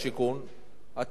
שאתה זכאי לדירה.